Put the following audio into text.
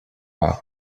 are